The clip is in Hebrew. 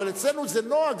אבל אצלנו זה נוהג,